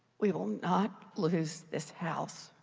we will not lose this house.